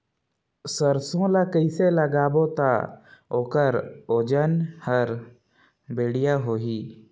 सरसो ला कइसे लगाबो ता ओकर ओजन हर बेडिया होही?